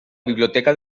biblioteca